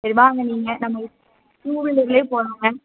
சரி வாங்க நீங்கள் நம்ம டூவீலர்லையே போலாங்க